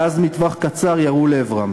ואז מטווח קצר ירו לעברם.